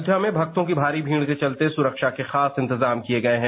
अपोध्या में मक्तों की भारी भीड़ के चलते सुरक्षा के खास इंतजाम किये गये हैं